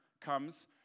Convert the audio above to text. comes